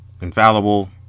infallible